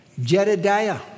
Jedediah